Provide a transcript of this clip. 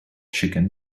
chicken